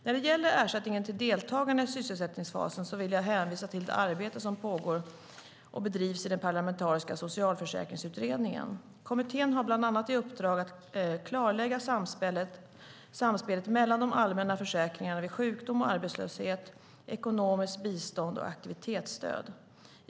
När det gäller ersättningen till deltagare i sysselsättningsfasen vill jag hänvisa till det arbete som bedrivs av den parlamentariska socialförsäkringsutredningen. Kommittén har bland annat i uppdrag att klarlägga samspelet mellan de allmänna försäkringarna vid sjukdom och arbetslöshet, ekonomiskt bistånd och aktivitetsstöd.